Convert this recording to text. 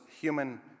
human